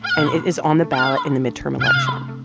and it is on the ballot in the midterm election.